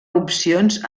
opcions